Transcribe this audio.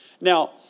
Now